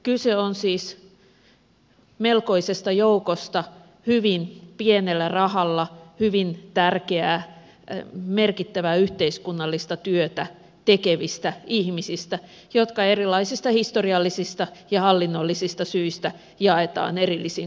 kyse on siis melkoisesta joukosta hyvin pienellä rahalla hyvin tärkeää merkittävää yhteiskunnallista työtä tekevistä ihmisistä jotka erilaisista historiallisista ja hallinnollisista syistä jaetaan erillisiin kategorioihin